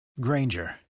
Granger